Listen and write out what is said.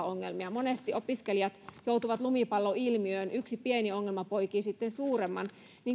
ongelmia monesti opiskelijat joutuvat lumipalloilmiöön yksi pieni ongelma poikii sitten suuremman